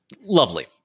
lovely